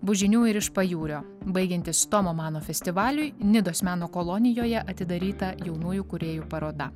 bus žinių ir iš pajūrio baigiantis tomo mano festivaliui nidos meno kolonijoje atidaryta jaunųjų kūrėjų paroda